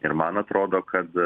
ir man atrodo kad